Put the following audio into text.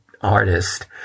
artist